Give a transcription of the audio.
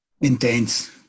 intense